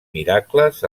miracles